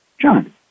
John